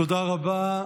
תודה רבה.